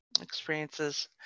experiences